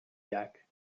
llac